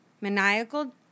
maniacal